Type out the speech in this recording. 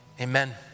amen